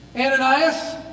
Ananias